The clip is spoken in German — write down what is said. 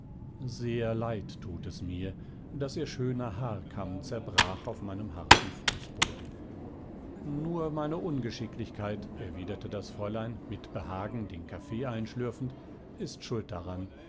sehr leid tut es mir daß ihr schöner haarkamm zerbrach auf meinem harten fußboden nur meine ungeschicklichkeit erwiderte das fräulein mit behagen den kaffee einschlürfend ist schuld daran